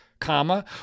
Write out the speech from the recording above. comma